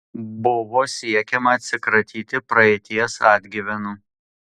buvo siekiama atsikratyti praeities atgyvenų